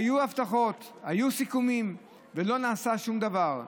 היו הבטחות, היו סיכומים, ולא נעשה שום דבר.